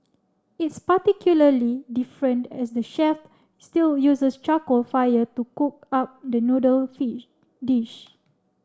it's particularly different as the chef still uses charcoal fire to cook up the noodle dish